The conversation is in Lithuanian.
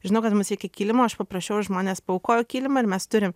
žinau kad mums iki kilimo aš paprašiau ir žmonės paaukojo kilimą ir mes turim